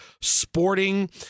sporting